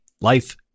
life